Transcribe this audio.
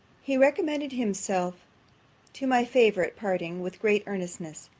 he recommended himself to my favour at parting, with great earnestness,